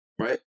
Right